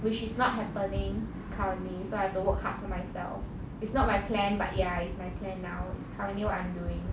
which is not happening currently so I have to work hard for myself it's not my plan but ya it's my plan now is currently what I'm doing